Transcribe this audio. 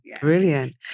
brilliant